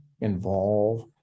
involve